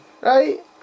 Right